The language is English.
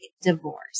divorce